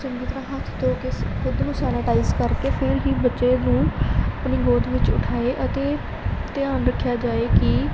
ਚੰਗੀ ਤਰ੍ਹਾਂ ਹੱਥ ਧੋ ਕੇ ਖੁਦ ਨੂੰ ਸੈਨਾਟਾਈਜ ਕਰਕੇ ਫਿਰ ਹੀ ਬੱਚੇ ਨੂੰ ਆਪਣੀ ਗੋਦ ਵਿੱਚ ਉਠਾਏ ਅਤੇ ਧਿਆਨ ਰੱਖਿਆ ਜਾਏ ਕਿ